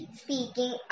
speaking